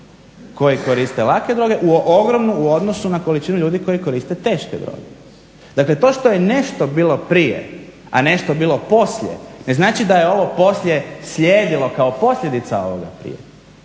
koji koriste lake droge, ogromnu u odnosu na količinu ljudi koji koriste teške droge. Dakle, to što je nešto bilo prije, a nešto bilo poslije ne znači da je ovo poslije slijedilo kao posljedica ovoga prije.